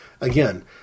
again